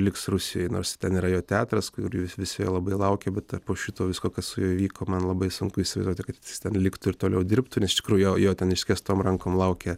liks rusijoj nors ten yra jo teatras kur visi jo labai laukia bet ar po šito visko kas su juo įvyko man labai sunku įsivaizduoti kad jis ten liktų ir toliau dirbtų nes iš tikrųjų jo jo ten išskėstom rankom laukia